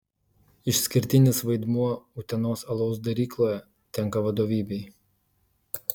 išskirtinis vaidmuo utenos alaus darykloje tenka vadovybei